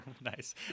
nice